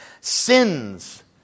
sins